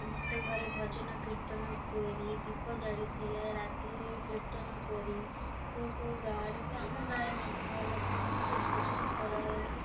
ସମସ୍ତେ ଘରେ ଭଜନ କୀର୍ତ୍ତନ କରି ଦୀପ ଜାଳିଥିଲେ ରାତିରେ କୀର୍ତ୍ତନ କରି କେଉଁ କେଉଁ ଗାଁରେ ତ ଆମ ଗାଁରେ ମଧ୍ୟ ଲୋକମାନଙ୍କୁ ଭଜନ କର